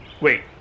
wait